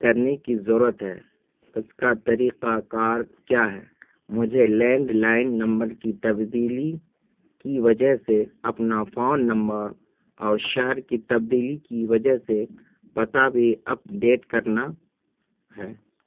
کرنے کی ضرورت ہے اس کا طریقہ کار کیا ہے مجھے لینڈ لائن نمبر کی تبدیلی کی وجہ سے اپنا فون نمبر اور شہر کی تبدیلی کی وجہ سے پتہ بھی اپڈیٹ کرنا ہے